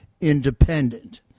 independent